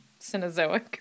Cenozoic